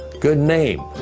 good name.